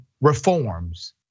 reforms